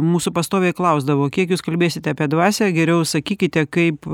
mūsų pastoviai klausdavo kiek jūs kalbėsite apie dvasią geriau sakykite kaip